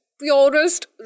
purest